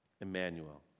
Emmanuel